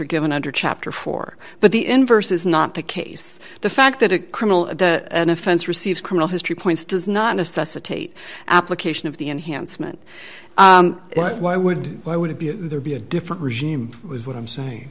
are given under chapter four but the inverse is not the case the fact that a criminal offense receives criminal history points does not necessitate application of the in hand meant why would why would it be there be a different regime is what i'm saying